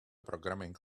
programming